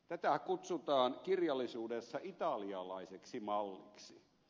tätä kutsutaan kirjallisuudessa italialaiseksi malliksi